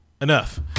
enough